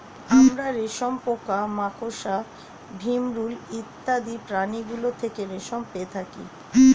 আমরা রেশম পোকা, মাকড়সা, ভিমরূল ইত্যাদি প্রাণীগুলো থেকে রেশম পেয়ে থাকি